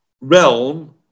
realm